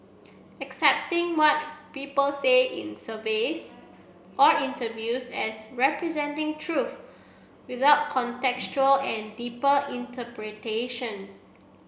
accepting what people say in surveys or interviews as representing truth without contextual and deeper interpretation